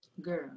girl